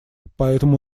поэтому